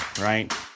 right